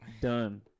done